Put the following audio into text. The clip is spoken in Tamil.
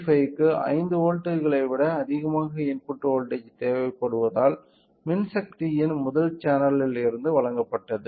LM35 க்கு 5 வோல்ட்டுகளை விட அதிகமாக இன்புட் வோல்ட்டேஜ் தேவைப்படுவதால் மின்சக்தியின் முதல் சேனலில் இருந்து வழங்கப்பட்டது